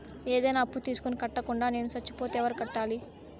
ఏదైనా అప్పు తీసుకొని కట్టకుండా నేను సచ్చిపోతే ఎవరు కట్టాలి?